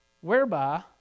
Whereby